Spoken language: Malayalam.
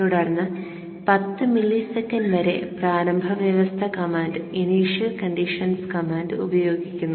തുടർന്ന് 10 മില്ലിസെക്കൻഡ് വരെ പ്രാരംഭ വ്യവസ്ഥ കമാൻഡ് ഉപയോഗിക്കുന്നു